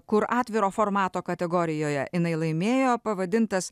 kur atviro formato kategorijoje jinai laimėjo pavadintas